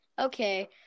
Okay